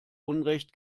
unrecht